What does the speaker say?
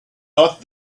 not